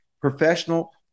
professional